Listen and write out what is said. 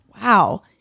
Wow